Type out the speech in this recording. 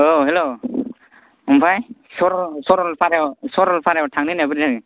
हेल' ओमफ्राय सरलपारायाव थांनो होन्नाया बोरै जाखो